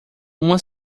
uma